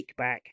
kickback